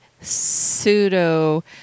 pseudo-